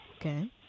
okay